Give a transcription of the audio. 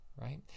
Right